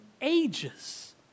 ages